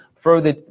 further